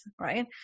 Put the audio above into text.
right